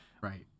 Right